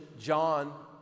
John